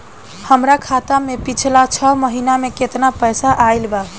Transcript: हमरा खाता मे पिछला छह महीना मे केतना पैसा आईल बा?